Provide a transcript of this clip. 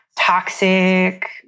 toxic